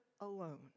alone